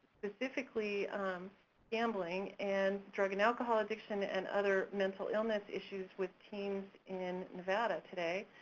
specifically gambling, and drug and alcohol addiction, and other mental illness issues with teens in nevada today.